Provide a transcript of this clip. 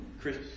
Chris